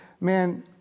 man